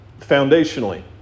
foundationally